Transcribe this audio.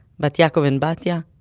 but yaakov and batya?